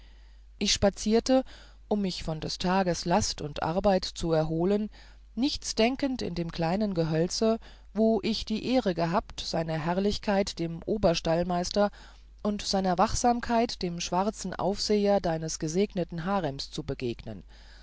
ich spazierte um mich von des tages last und arbeit zu erholen nichts denkend in dem kleinen gehölze wo ich die ehre gehabt habe sr herrlichkeit dem oberstallmeister und sr wachsamkeit dem schwarzen aufseher deines gesegneten harems zu begegnen